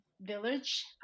village